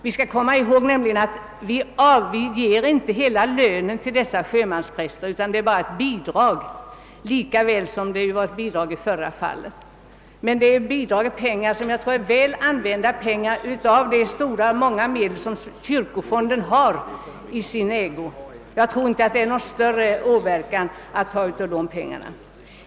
Vi skall komma ihåg, att vi inte betalar hela lönen för dessa sjömanspräster utan det är bara ett bidrag, lika väl som det var ett bidrag i förra fallet. Men detta bidrag är pengar som jag tror är väl använda av de betydande medel, som kyrkofonden har i sin ägo. Jag tror inte att det är någon skada skedd om man tar av dessa pengar.